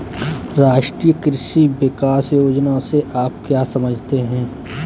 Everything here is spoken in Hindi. राष्ट्रीय कृषि विकास योजना से आप क्या समझते हैं?